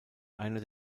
einer